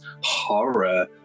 horror